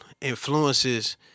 influences